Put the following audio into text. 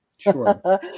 Sure